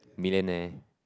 millionaire